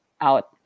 out